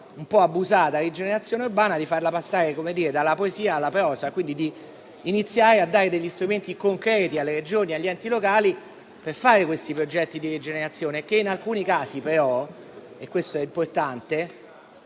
un po' abusata - "rigenerazione urbana" nel senso di farla passare dalla poesia alla prosa, iniziando a dare strumenti concreti alle Regioni e agli enti locali per realizzare questi progetti di rigenerazione, che in alcuni casi però - e questo è importante